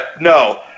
no